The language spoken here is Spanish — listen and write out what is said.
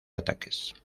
ataques